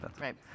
Right